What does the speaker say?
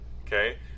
okay